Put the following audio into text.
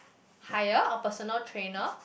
hire a personal trainer